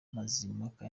mazimpaka